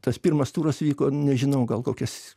tas pirmas turas vyko nežinau gal kokias